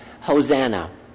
Hosanna